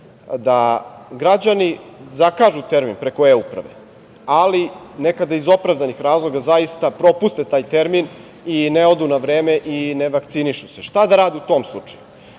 da građani zakažu termin preko eUprave, ali nekada iz opravdanih razloga zaista propuste taj termin i ne odu na vreme i ne vakcinišu se. Šta da rade u tom slučaju?